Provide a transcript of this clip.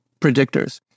predictors